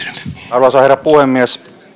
arvoisa herra puhemies